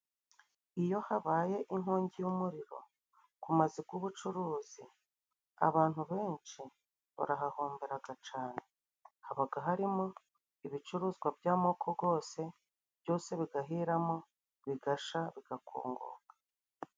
Iyo habaye inkongi y'umuriro ku mazu g'ubucuruzi, abantu benshi barahahomberaga cane. Habaga harimo ibicuruzwa by'amoko gose, byose bigahiramo bigasha bigakongoka.